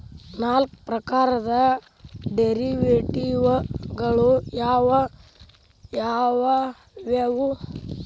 ನಾಲ್ಕ್ ಪ್ರಕಾರದ್ ಡೆರಿವೆಟಿವ್ ಗಳು ಯಾವ್ ಯಾವವ್ಯಾವು?